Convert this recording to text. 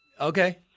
okay